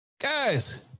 Guys